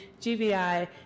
GVI